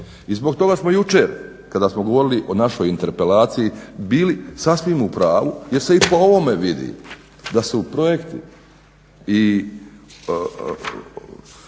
I zbog toga smo jučer kada smo govorili o našoj interpelaciji bili sasvim upravu jer se i po ovome vidi da su projekti